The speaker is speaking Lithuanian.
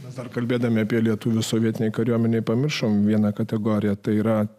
vis dar kalbėdami apie lietuvių sovietinė kariuomenė pamiršome vieną kategoriją tai yra